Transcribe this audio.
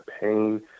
pain